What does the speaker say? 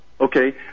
Okay